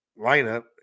lineup